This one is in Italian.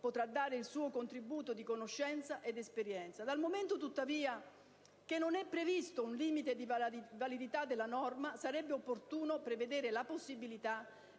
potrà dare il suo contributo di conoscenza ed esperienza. Dal momento, tuttavia, che non è previsto un limite di validità della norma, sarebbe opportuno prevedere la possibilità